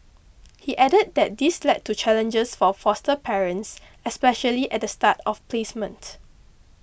he added that this led to challenges for foster parents especially at the start of placement